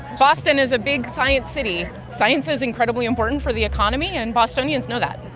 boston is a big science city. science is incredibly important for the economy and bostonians know that.